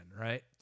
right